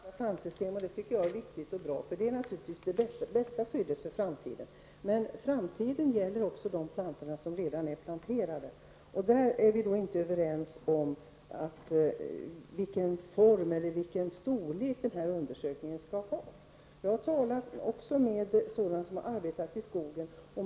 Fru talman! Jag vet att man håller på att ta fram andra plantsystem. Det är viktigt och bra. Det utgör naturligtvis det bästa skyddet för framtiden. Framtiden gäller dock även för de plantor som redan är planterade. Vi är då inte överens om vilken form undersökningen skall ha och hur stor omfattningen skall vara. Jag har även talat med personer som har arbetat i skogen.